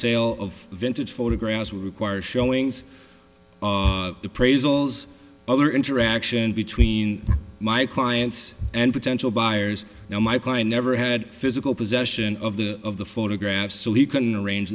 sale of vintage photographs would require showings of the praise all those other interaction between my clients and potential buyers know my client never had physical possession of the of the photograph so he can arrange